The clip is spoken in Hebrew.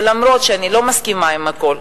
ולמרות שאני לא מסכימה עם הכול,